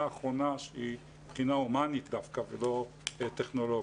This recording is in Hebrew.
האחרונה שהיא בחינה הומנית דווקא ולא טכנולוגית.